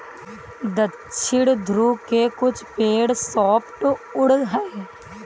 दक्षिणी ध्रुव के कुछ पेड़ सॉफ्टवुड हैं